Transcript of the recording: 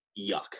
yuck